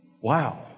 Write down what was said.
Wow